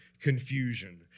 confusion